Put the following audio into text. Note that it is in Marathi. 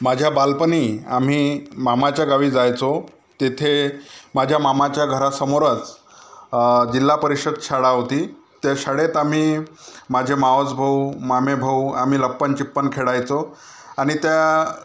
माझ्या बालपणी आम्ही मामाच्या गावी जायचो तेथे माझ्या मामाच्या घरासमोरच जिल्हा परिषद शाळा होती त्या शाळेत आम्ही माझे मावसभाऊ मामेभाऊ आम्ही लपनछिपन खेळायचो आणि त्या